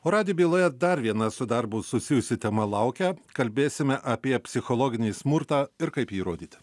o radijo byloje dar viena su darbu susijusi tema laukia kalbėsime apie psichologinį smurtą ir kaip jį įrodyti